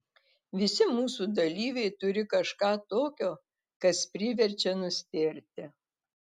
visi mūsų dalyviai turi kažką tokio kas priverčia nustėrti